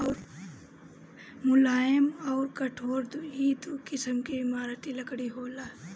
मुलायम अउर कठोर दू किसिम के इमारती लकड़ी होला